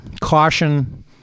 caution